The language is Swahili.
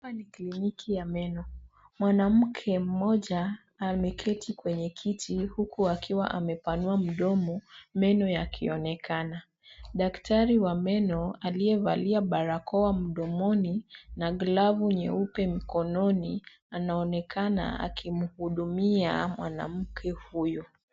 Hapa ni kliniki ya meno, mwanamke mmoja ameketi kwenye kiti huku akiwa amepanua mdomo meno yakionekana. Daktari wa meno aliyevalia barakoa mdomoni na glavu nyeupe mkononi anaonekana akimhudumia mwanamke huyo.